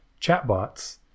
chatbots